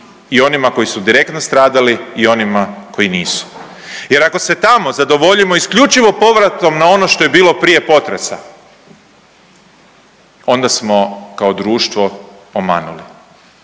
i onima koji su direktno stradali i onima koji nisu. Jer ako se tamo zadovoljimo isključivo povratom na ono što je bilo prije potresa onda smo kao društvo omanuli.